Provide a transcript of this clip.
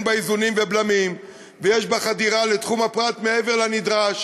בה איזונים ובלמים ויש בה חדירה לתחום הפרט מעבר לנדרש.